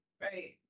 Right